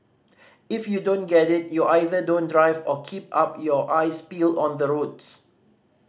if you don't get it you either don't drive or keep up your eyes peeled on the roads